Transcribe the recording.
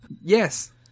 Yes